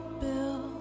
built